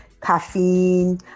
Caffeine